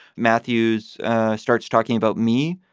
matthews starts talking about me,